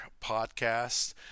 podcast